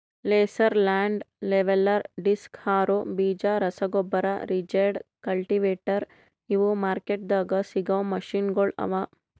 laser land leveller, disc harrow, ಬೀಜ ರಸಗೊಬ್ಬರ, rigid, cultivator ಇವು ಮಾರ್ಕೆಟ್ದಾಗ್ ಸಿಗವು ಮೆಷಿನಗೊಳ್ ಅವಾ